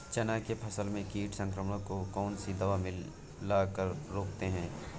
चना के फसल में कीट संक्रमण को कौन सी दवा मिला कर रोकते हैं?